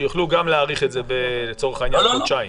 שיוכלו להאריך את זה לצורך העניין בחודשיים.